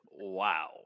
Wow